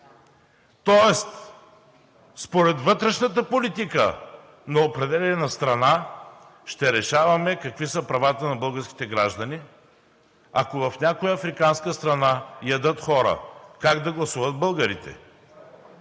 Тоест, според вътрешната политика на определена страна ще решаваме какви са правата на българските граждани. Ако в някоя африканска страна ядат хора как да гласуват българите?